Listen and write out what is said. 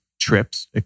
trips